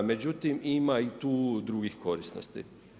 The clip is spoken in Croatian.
Međutim ima i tu drugih korisnosti.